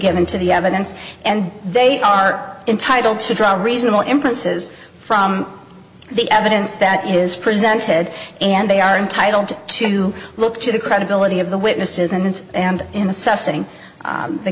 given to the evidence and they are entitled to draw on reasonable inferences from the evidence that is presented and they are entitled to look to the credibility of the witnesses and it's and